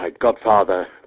godfather